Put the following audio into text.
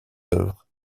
œuvres